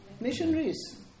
Missionaries